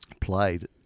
played